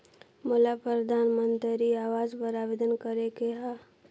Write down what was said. मोला परधानमंतरी आवास बर आवेदन करे के हा?